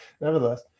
nevertheless